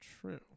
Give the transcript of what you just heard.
true